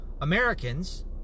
Americans